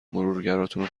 مرورگراتونو